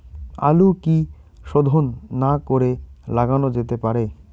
আলু কি শোধন না করে লাগানো যেতে পারে?